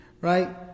right